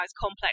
complex